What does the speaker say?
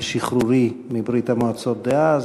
על שחרורי מברית-המועצות דאז.